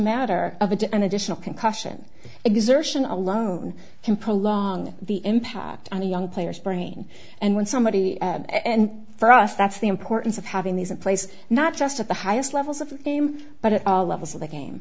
matter of a get an additional concussion exertion alone can prolong the impact on the young players brain and when somebody's and for us that's the importance of having these in place not just at the highest levels of the game but at all levels of the game